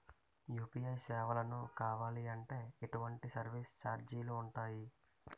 UPI సేవలను కావాలి అంటే ఎటువంటి సర్విస్ ఛార్జీలు ఉంటాయి?